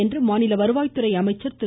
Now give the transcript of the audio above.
என்று மாநில வருவாய்துறை அமைச்சர் திரு